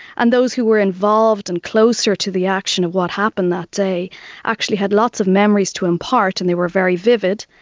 and those who were involved and closer to the action of what happened that day actually had lots of memories to impart and they were very vivid,